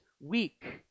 weak